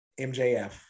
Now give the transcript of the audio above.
MJF